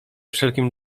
wszelkim